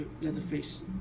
Leatherface